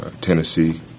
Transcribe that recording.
Tennessee